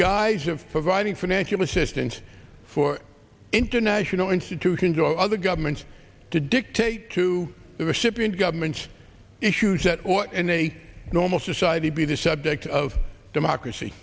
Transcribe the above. of providing financial assistance for international institutions or other governments to dictate to the recipient government issues at all and any normal society be the subject of democracy